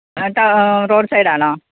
ട റോഡ് സൈഡാണോ